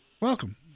welcome